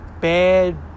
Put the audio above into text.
bad